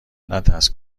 نترس